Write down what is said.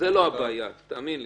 זו לא הבעיה, תאמין לי.